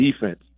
defense